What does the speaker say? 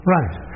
Right